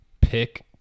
pick